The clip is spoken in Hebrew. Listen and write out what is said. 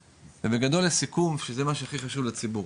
בגדול לסיכום שזה מה שהכי חשוב לציבור,